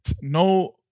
No